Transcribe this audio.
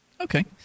Okay